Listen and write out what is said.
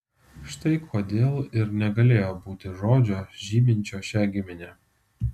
štai kodėl ir negalėjo būti žodžio žyminčio šią giminę